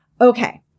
Okay